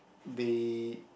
they